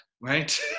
right